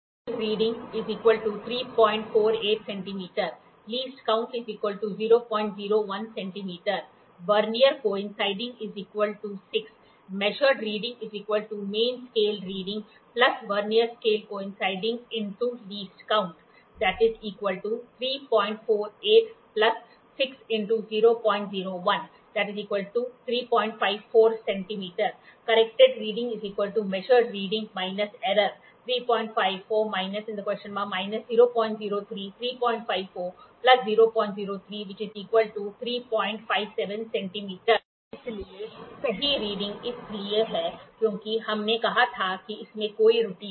Main scale reading 348 cm Least Count 001 cm Vernier Coinciding 6 Measured Reading Main Scale Reading Vernier Coinciding × LC मापा पढ़ना मुख्य पैमाने पर पढ़ना वर्नियरमेल खाता है×एलसी 348 6 × 001 • 354 cm Corrected Reading Measured Reading - Error सही पठन मापा पढ़ना त्रुटि • 354 −¿ −¿003 • 354 003 • 357 cm इसलिए सही रीडिंग इसलिए है क्योंकि हमने कहा था कि इसमें कोई त्रुटि है